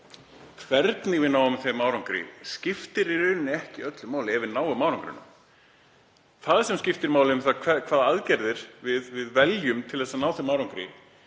hvernig við náum þeim árangri skiptir í rauninni ekki öllu máli ef við náum árangrinum. Það sem skiptir máli um hvaða aðgerðir við veljum til að ná þeim árangri